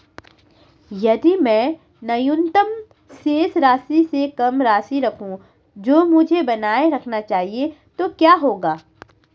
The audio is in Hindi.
यदि मैं न्यूनतम शेष राशि से कम राशि रखूं जो मुझे बनाए रखना चाहिए तो क्या होगा?